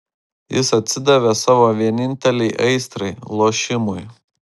jis atsidavė savo vienintelei aistrai lošimui